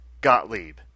Gottlieb